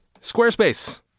Squarespace